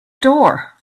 door